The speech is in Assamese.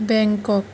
বেংকক